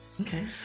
Okay